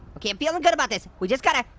okay, i'm feelin' good about this. we just gotta,